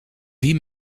wie